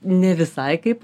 ne visai kaip